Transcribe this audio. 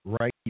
right